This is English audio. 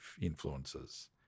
influences